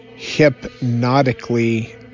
hypnotically